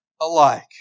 alike